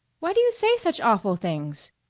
why do you say such awful things?